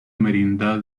merindad